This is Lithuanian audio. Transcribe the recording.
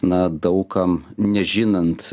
na daug kam nežinant